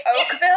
Oakville